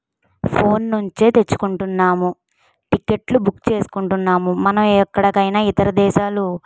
phone నుంచి తెచ్చుకుంటున్నాము టికెట్లు బుక్ చేసుకుంటున్నాము మనం ఎక్కడైనా ఇతర దేశాలు